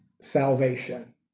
salvation